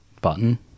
button